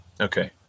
Okay